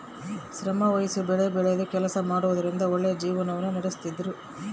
ಶ್ರಮವಹಿಸಿ ಬೆಳೆಬೆಳೆದು ಕೆಲಸ ಮಾಡುವುದರಿಂದ ಒಳ್ಳೆಯ ಜೀವನವನ್ನ ನಡಿಸ್ತಿದ್ರು